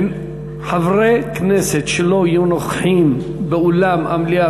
חברי כנסת שלא יהיו נוכחים באולם המליאה